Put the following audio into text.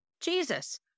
Jesus